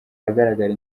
ahagaragara